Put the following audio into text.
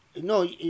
no